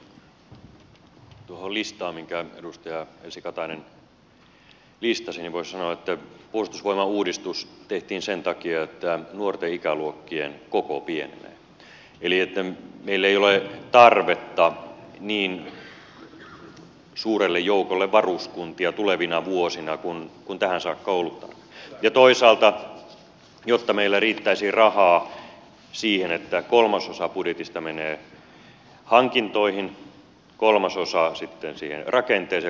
tuohon listaan minkä edustaja elsi katainen listasi voisi sanoa että puolustusvoimauudistus tehtiin sen takia että nuorten ikäluokkien koko pienenee eli meillä ei ole tarvetta niin suurelle joukolle varuskuntia tulevina vuosina kuin tähän saakka on ollut ja toisaalta jotta meillä riittäisi rahaa siihen että kolmasosa budjetista menee hankintoihin kolmasosa siihen rakenteeseen ja kolmasosa palkkoihin